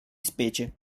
specie